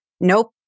nope